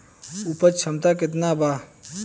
उपज क्षमता केतना वा?